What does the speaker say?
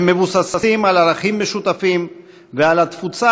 הם מבוססים על ערכים משותפים ועל התפוצה